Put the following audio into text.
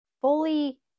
fully